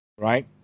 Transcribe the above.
right